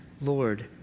Lord